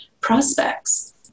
prospects